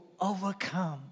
overcome